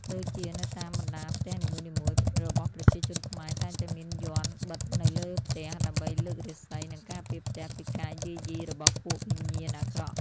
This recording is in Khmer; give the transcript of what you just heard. ដូចជានៅតាមបណ្តាផ្ទះនីមួយៗរបស់ប្រជាជនខ្មែរតែងតែមានយន្តបិតនៅលើផ្ទះដើម្បីលើករាសី និងការពារផ្ទះពីការយាយីរបស់ពួកវិញ្ញាណអាក្រក់